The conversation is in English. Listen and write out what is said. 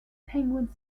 penguin